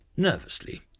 Nervously